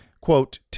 quote